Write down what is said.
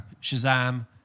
Shazam